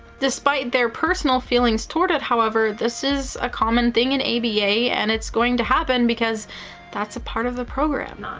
despite their personal feelings toward it, however, this is a common thing in aba and it's going to happen because that's a part of the program.